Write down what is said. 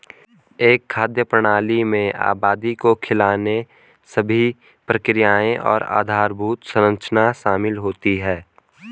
एक खाद्य प्रणाली में आबादी को खिलाने सभी प्रक्रियाएं और आधारभूत संरचना शामिल होती है